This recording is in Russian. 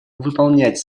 выполнять